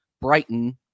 Brighton